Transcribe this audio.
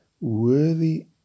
Worthy